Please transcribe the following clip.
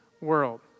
world